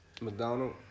McDonald